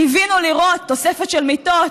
קיווינו לראות תוספת של מיטות,